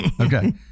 Okay